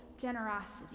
generosity